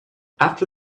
after